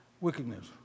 wickedness